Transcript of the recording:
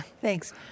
Thanks